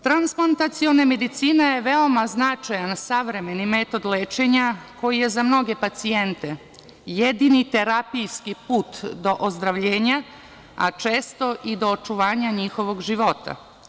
Transplantaciona medicina je vrlo značajan, savremen metod lečenja koji je za mnoge pacijente jedini terapijski put do ozdravljenja, a često i do očuvanja njihovog života.